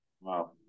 Wow